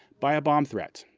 by a bomb threat.